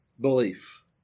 belief